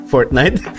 Fortnite